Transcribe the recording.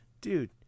Dude